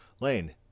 lane